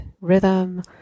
rhythm